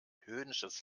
höhnisches